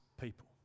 people